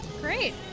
Great